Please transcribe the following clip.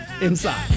inside